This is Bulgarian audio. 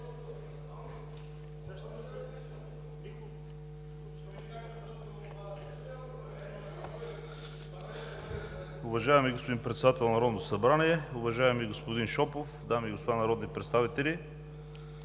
Уважаеми господин Председател на Народното събрание, уважаеми господин Шопов, дами и господа народни представители!